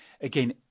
again